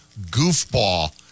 goofball